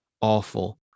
awful